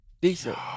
decent